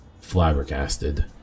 flabbergasted